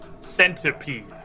centipede